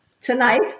tonight